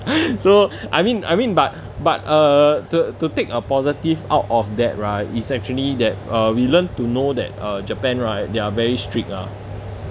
so I mean I mean back but uh to to take a positive out of that right is actually that er we learned to know that er japan right they're very strict ah